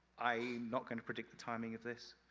i'm not going to predict the timing of this.